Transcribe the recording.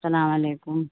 سلام علیکم